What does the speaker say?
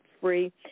free